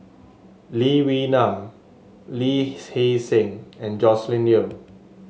Lee Wee Nam Lee Hee Seng and Joscelin Yeo